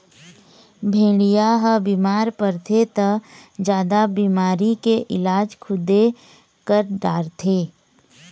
भेड़िया ह बिमार परथे त जादा बिमारी के इलाज खुदे कर डारथे